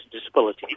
disability